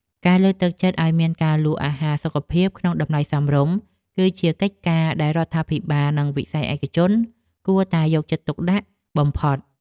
ការលើកទឹកចិត្តឲ្យមានការលក់អាហារសុខភាពក្នុងតម្លៃសមរម្យ គឺជាកិច្ចការដែលរដ្ឋាភិបាលនិងវិស័យឯកជនគួរតែយកចិត្តទុកដាក់បំផុត។